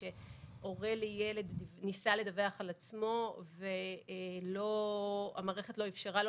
שהורה לילד ניסה לדווח על עצמו והמערכת לא אפשרה לו